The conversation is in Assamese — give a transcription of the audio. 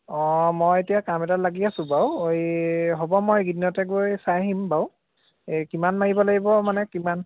অঁ মই এতিয়া কাম এটাত লাগি আছোঁ বাৰু এই হ'ব মই এইকেইদিনতে গৈ চাই আহিম বাৰু এই কিমান মাৰিব লাগিব মানে কিমান